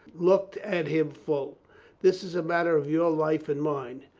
looked at him full this is a matter of your life and mine.